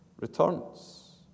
returns